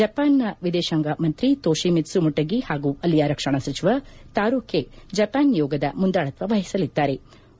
ಜಪಾನ್ನ ವಿದೇಶಾಂಗ ಮಂತ್ರಿ ತೋಶಿ ಮಿತ್ತು ಮೊಟೆಗಿ ಹಾಗೂ ಅಲ್ಲಿಯ ರಕ್ಷಣಾ ಸಚಿವ ತಾರೋ ಕೆ ಜಪಾನ್ ನಿಯೋಗದ ಮುಂದಾಳತ್ವ ವಹಿಸಲಿದ್ಲಾರೆ